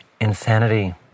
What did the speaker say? Insanity